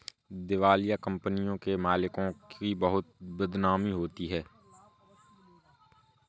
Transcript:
दिवालिया कंपनियों के मालिकों की बहुत बदनामी होती है